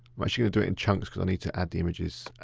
actually do it in chunks because i need to add the images